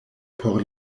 por